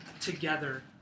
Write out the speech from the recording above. together